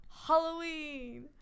Halloween